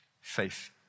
faith